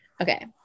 Okay